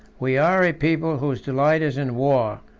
we are a people whose delight is in war,